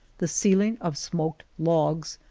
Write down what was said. the ceiling of smoked logs,